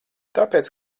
tāpēc